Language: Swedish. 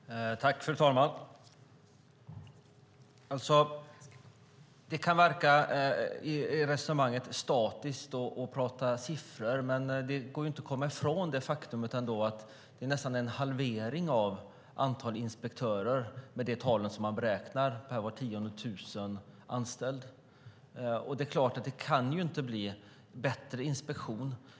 Fru talman! Resonemanget kan verka statiskt när vi talar om siffror, men det går inte att komma ifrån det faktum att det skett nästan en halvering av antalet inspektörer utifrån det man beräknar, nämligen per 10 000 anställda. Det är klart att det då inte kan bli bättre inspektioner.